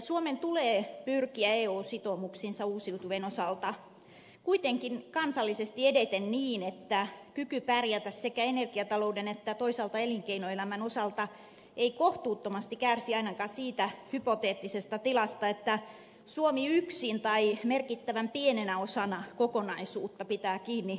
suomen tulee pyrkiä eu sitoumuksiinsa uusiutuvien osalta kuitenkin kansallisesti edeten niin että kyky pärjätä sekä energiatalouden että toisaalta elinkeinoelämän osalta ei kohtuuttomasti kärsi ainakaan siitä hypoteettisesta tilasta että suomi yksin tai merkittävän pienenä osana kokonaisuutta pitää kiinni tavoitteista